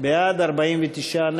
לסעיף תקציבי 29,